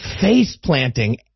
face-planting